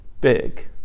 big